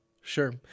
Sure